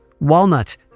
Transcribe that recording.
walnut